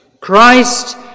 Christ